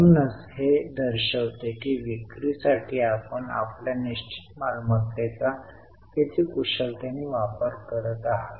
म्हणूनच हे दर्शविते की विक्री साठी आपण आपल्या निश्चित मालमत्तेचा किती कुशलतेने वापर करत आहात